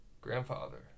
grandfather